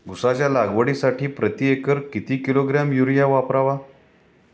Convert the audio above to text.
उसाच्या लागवडीसाठी प्रति एकर किती किलोग्रॅम युरिया वापरावा?